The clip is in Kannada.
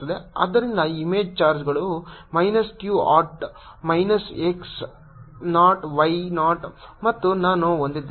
ಆದ್ದರಿಂದ ಇಮೇಜ್ ಚಾರ್ಜ್ಗಳು minus q hat minus x naught y naught ಮತ್ತು ನಾನು ಹೊಂದಿದ್ದೇನೆ